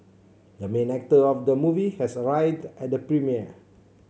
the main actor of the movie has arrived at the premiere